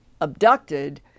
abducted